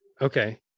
okay